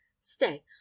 stay